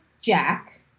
Jack